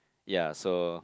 ya so